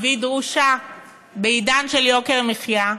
והיא דרושה בעידן של יוקר מחיה,